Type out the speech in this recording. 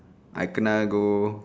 I kena go